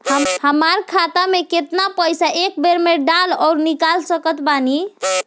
हमार खाता मे केतना पईसा एक बेर मे डाल आऊर निकाल सकत बानी?